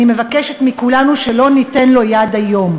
אני מבקשת מכולנו שלא ניתן יד היום.